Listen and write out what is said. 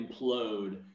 implode